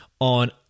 on